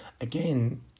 Again